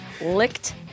licked